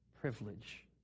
privilege